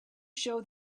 show